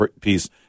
piece